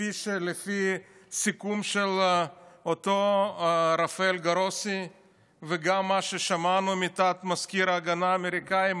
לפי הסיכום של אותו רפאל גרוסי וגם מה ששמענו מתת-מזכיר ההגנה האמריקאי,